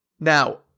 Now